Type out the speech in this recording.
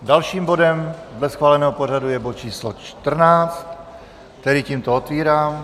Dalším bodem dle schváleného pořadu je bod číslo 14, který tímto otvírám.